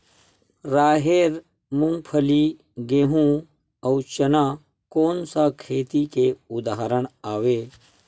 राहेर, मूंगफली, गेहूं, अउ चना कोन सा खेती के उदाहरण आवे?